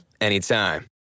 anytime